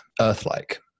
Earth-like